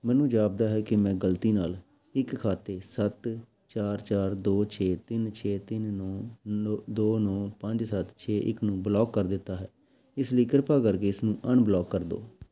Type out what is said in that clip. ਮੈਨੂੰ ਜਾਪਦਾ ਹੈ ਕਿ ਮੈਂ ਗਲਤੀ ਨਾਲ ਇੱਕ ਖਾਤੇ ਸੱਤ ਚਾਰ ਚਾਰ ਦੋ ਛੇ ਤਿੰਨ ਛੇ ਤਿੰਨ ਨੌ ਨ ਦੋ ਨੌ ਪੰਜ ਸੱਤ ਛੇ ਇੱਕ ਨੂੰ ਬਲੌਕ ਕਰ ਦਿੱਤਾ ਹੈ ਇਸ ਲਈ ਕਿਰਪਾ ਕਰਕੇ ਇਸਨੂੰ ਅਨਬਲੌਕ ਕਰ ਦਿਉ